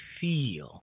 feel